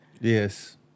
yes